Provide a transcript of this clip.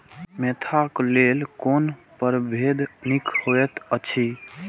Mentha क लेल कोन परभेद निक होयत अछि?